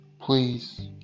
please